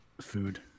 food